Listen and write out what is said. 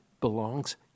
belongs